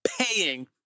paying